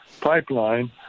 pipeline